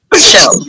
Show